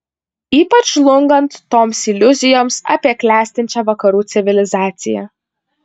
ypač žlungant toms iliuzijoms apie klestinčią vakarų civilizaciją